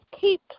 keep